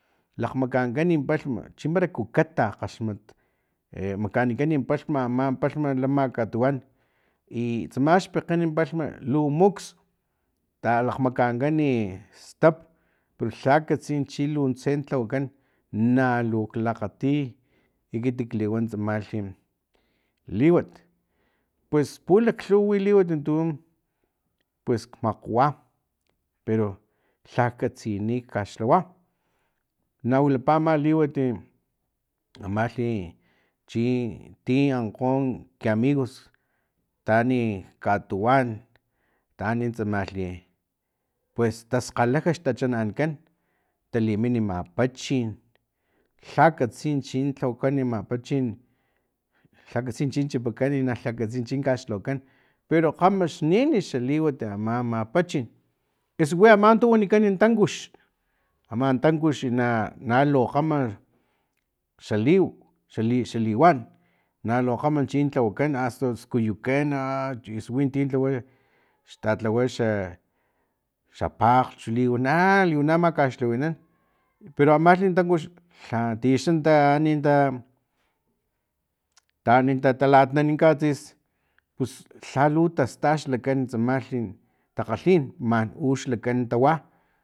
Lakgmakankan palhm chimpara kukata takgaxmat e makanikan palhma aman palhma lama katuwan i tsama xpekgene palhm lu mukts talakgmakankani stap pero lha katsini chi luntse lhawakan na luk lakgati ekiti kluwa tsamlhi liwat pus pulaklhuwa wi liwati tu pues kmakgwa pero lhajkatsini kaxlhawa na wilapa ama liwat amalhi chi ti ankgo ki amigos taani katuwan taani tsamalhi pues taskgalalh xtachanankan talimini mapachin lhaj katsi chin lhawakan mapachin lhajkatsi chi chipakan i na lhakatsini kaxlhawakan pero kgamaxnin xaliwat ama mapachin eso wi ama tu wanikan tankux aman tankux na na lu kgama xa liw xali xa liwan na lukgam chi tlawakan asta skuyukan ayis winti xtatlawa xa pakglhch liwana liwana makaxlhawinan pero amalhi tankux lhatixan taani tinta taan tatalatninan katsis pus lhalu tasta xlakan tsamalhi takgalhin manux lakan tawa